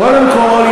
קודם כול,